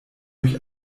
durch